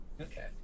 okay